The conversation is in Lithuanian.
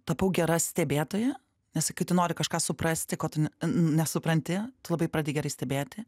tapau gera stebėtoja nes kai tu nori kažką suprasti ko tu nesupranti tu labai pradedi gerai stebėti